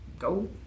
Go